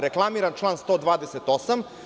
Reklamiram član 128.